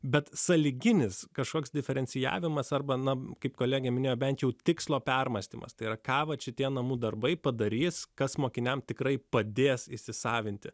bet sąlyginis kažkoks diferencijavimas arba na kaip kolegė minėjo bent jau tikslo permąstymas tai yra ką vat šitie namų darbai padarys kas mokiniams tikrai padės įsisavinti